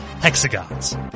Hexagons